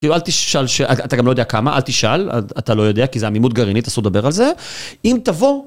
כאילו אל תשאל, אתה גם לא יודע כמה, אל תשאל, אתה לא יודע כי זו עמימות גרעינית, אסור לדבר על זה. אם תבוא...